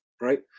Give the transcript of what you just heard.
Right